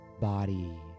body